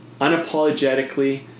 unapologetically